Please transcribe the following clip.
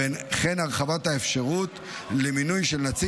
וכן הרחבת האפשרות למינוי של נציג